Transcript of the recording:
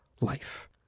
life